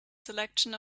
selection